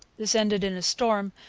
this ended in a storm,